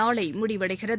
நாளைமுடிவடைகிறது